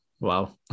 Wow